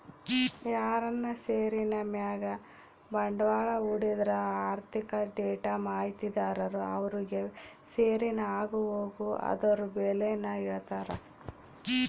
ಯಾರನ ಷೇರಿನ್ ಮ್ಯಾಗ ಬಂಡ್ವಾಳ ಹೂಡಿದ್ರ ಆರ್ಥಿಕ ಡೇಟಾ ಮಾಹಿತಿದಾರರು ಅವ್ರುಗೆ ಷೇರಿನ ಆಗುಹೋಗು ಅದುರ್ ಬೆಲೇನ ಹೇಳ್ತಾರ